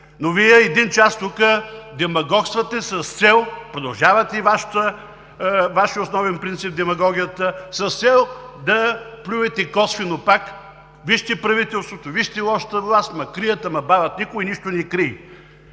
Но Вие тук един час демагогствате, продължавате Вашия основен принцип „демагогията“ с цел да плюете косвено пак – вижте правителството, вижте лошата власт, ама, крият, ама бавят. Но никой нищо не крие!